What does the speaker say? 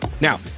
Now